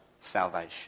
salvation